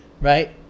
right